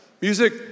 Music